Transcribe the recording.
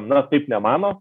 na taip nemano